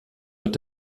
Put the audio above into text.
wird